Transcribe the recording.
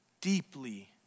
Deeply